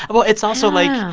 well, it's also like.